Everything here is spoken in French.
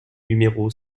numéro